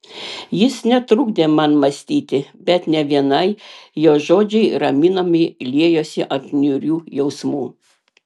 jis netrukdė man mąstyti bet ne vienai jo žodžiai raminamai liejosi ant niūrių jausmų